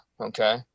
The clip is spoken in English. Okay